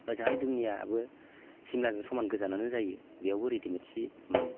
ओजोंहाय दुमनियाबो सिमलाजों समान गोजानानो जायो बेयावबो रेदिमेड सि मोनो